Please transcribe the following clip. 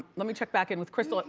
let me check back in with crystal. and